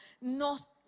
nos